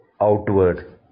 outward